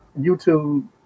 YouTube